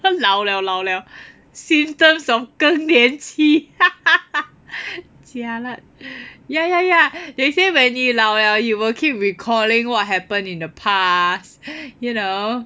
老 liao 老 liao symptoms of 跟年期 jialat ya ya ya they say when 你老 liao you will keep recalling what happened in the past you know